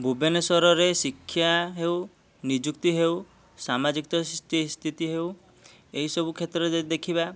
ଭୁବନେଶ୍ୱରେ ଶିକ୍ଷା ହେଉ ନିଯୁକ୍ତି ହେଉ ସାମାଜିକ ସ୍ଥିତି ହେଉ ଏହି ସବୁ କ୍ଷତ୍ରରେ ଯଦି ଦେଖିବା